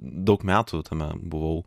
daug metų tuomet buvau